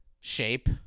shape